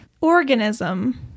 organism